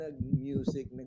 music